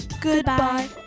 goodbye